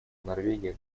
норвегия